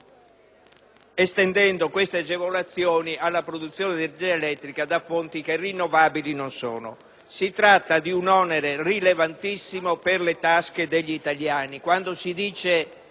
elettrica da fonti rinnovabili la produzione di energia elettrica da fonti che rinnovabili non sono. Si tratta di un onere rilevantissimo per le tasche degli italiani.